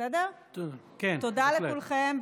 תודה לכולכם.